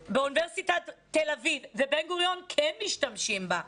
באוניברסיטת תל אביב ובן גוריון כן משתמשים בה.